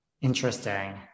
Interesting